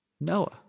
Noah